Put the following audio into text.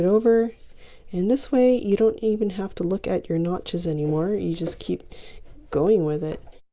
over and this way you don't even have to look at your notches anymore you just keep going with it